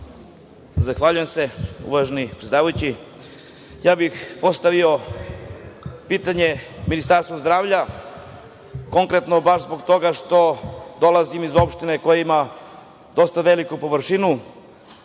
Zahvaljujem. Uvaženi predsedavajući, postavio bih pitanje Ministarstvu zdravlja, konkretno baš zbog toga što dolazim iz opštine koja ima dosta veliku površinu,